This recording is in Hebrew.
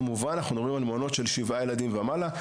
כמובן אנחנו מדברים על מעונות של שבעה ילדים ומעלה,